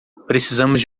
precisamos